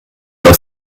aus